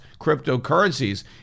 cryptocurrencies